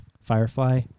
Firefly